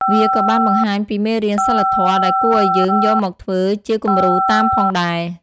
វាក៏បានបង្ហាញពីមេរៀនសីលធម៌ដែលគួរឲ្យយើងយកមកធ្វើជាគំរូតាមផងដែរ។